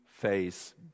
Face